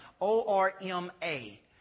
O-R-M-A